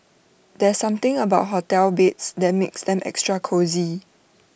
there's something about hotel beds that makes them extra cosy